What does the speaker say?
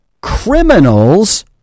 criminals